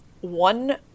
one